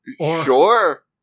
Sure